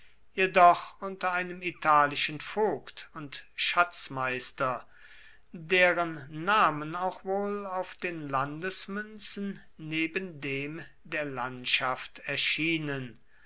jedoch unter einem italischen vogt und schatzmeister deren namen auch wohl auf den landesmünzen neben dem der landschaft erscheinen